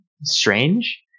strange